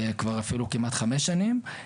כבר אפילו כמעט חמש שנים,